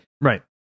Right